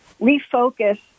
refocus